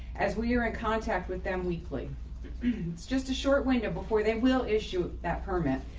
as we are in contact with them weekly. it's just a short window before they will issue that permit,